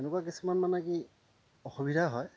এনেকুৱা কিছুমান মানে কি অসুবিধা হয়